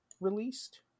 released